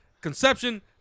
Conception